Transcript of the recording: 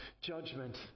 judgment